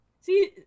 See